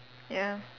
ya